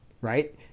right